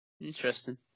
interesting